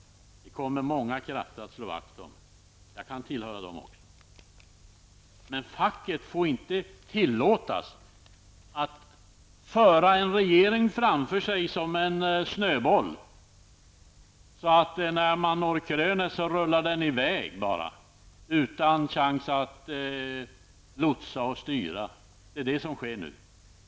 Det kommer många krafter att slå vakt om. Jag kan också tillhöra dem. Men facket får inte tillåtas att föra en regering framför sig som en snöboll, så att den, när den når krönet, bara rullar iväg utan chans att lotsa och styra. Det är det som sker nu.